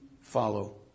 follow